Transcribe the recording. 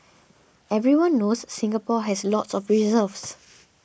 everyone knows Singapore has lots of reserves